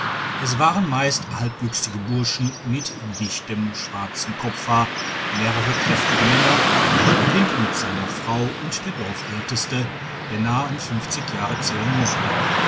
es waren meist halbwüchsige burschen mit dichtem schwarzem kopfhaar mehrere kräftige männer der häuptling mit seiner frau und der dorfälteste der nahe an fünfzig jahre zählen mochte